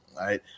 Right